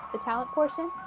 the talent portion.